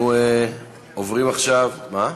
אנחנו עוברים עכשיו, מה?